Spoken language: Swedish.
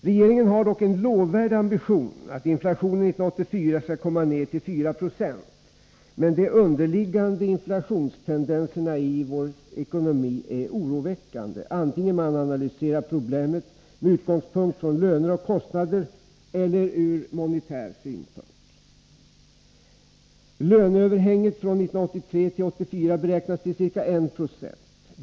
Regeringen har dock en lovvärd ambition att inflationen 1984 skall komma ned till 4 26, men de underliggande inflationstendenserna i vår ekonomi är oroväckande, antingen man analyserar problemet med utgångspunkt i löner och kostnader eller ur monetär synvinkel. Löneöverhänget från 1983 till 1984 beräknas till ca 1 26.